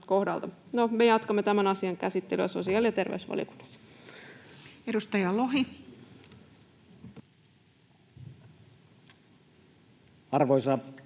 Me jatkamme tämän asian käsittelyä sosiaali- ja terveysvaliokunnassa. Edustaja Lohi. Arvoisa puhemies!